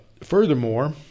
Furthermore